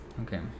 Okay